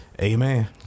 Amen